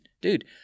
dude